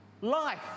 life